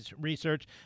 research